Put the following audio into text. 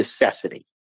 necessity